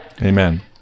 Amen